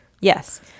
Yes